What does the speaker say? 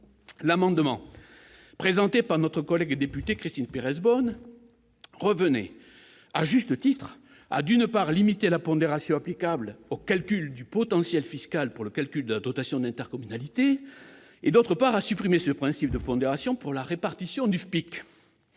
L'amendement présenté par notre collègue députée Christine Pires Beaune tendait, à juste titre, d'une part, à limiter la pondération applicable au calcul du potentiel fiscal servant de base au calcul de la dotation d'intercommunalité et, d'autre part, à supprimer ce principe de pondération pour la répartition du FPIC.